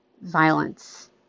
violence